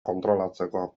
kontrolatzeko